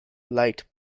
light